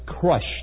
crushed